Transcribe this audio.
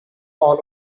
all